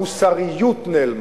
המוסריות נעלמה.